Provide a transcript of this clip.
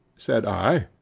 said i,